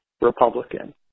Republican